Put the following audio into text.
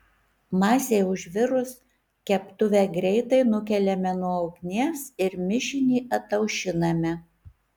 masei užvirus keptuvę greitai nukeliame nuo ugnies ir mišinį ataušiname